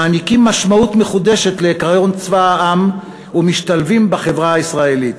מעניקים משמעות מחודשת לעקרון צבא העם ומשתלבים בחברה הישראלית.